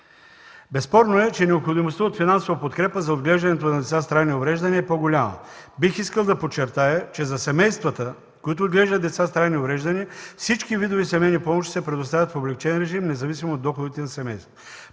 Безспорно е, че необходимостта от финансова подкрепа за отглеждането на деца с трайни увреждания е по-голяма. Бих искал да подчертая, че за семействата, които отглеждат деца с трайни увреждания, всички видове семейни помощи се предоставят по облекчен режим, независимо от доходите на семейството.